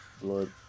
blood